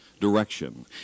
direction